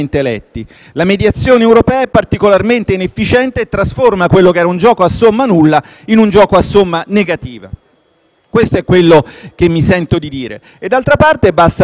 un gioco a somma nulla in un gioco a somma negativa. Questo mi sento di dire. Dall'altra parte basta vedere cosa succede. Noi siamo qui con il paradosso di